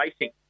racing